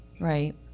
Right